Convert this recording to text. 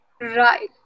Right